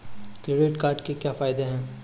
Credit card के क्या फायदे हैं?